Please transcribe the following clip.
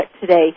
today